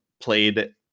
played